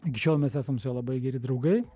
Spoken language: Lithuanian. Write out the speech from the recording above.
iki šiol mes esam su juo labai geri draugai